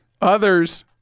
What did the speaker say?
others